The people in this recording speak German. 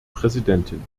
präsidentin